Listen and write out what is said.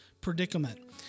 predicament